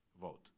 vote